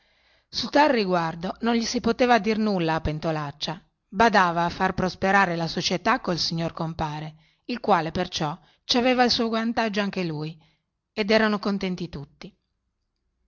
su tal riguardo pentolaccia non gli si poteva dire a far prosperare la società col signor compare il quale perciò ci aveva il suo vantaggio anche lui e così erano contenti tutti